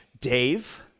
Dave